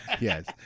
yes